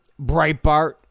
Breitbart